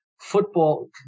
Football